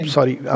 Sorry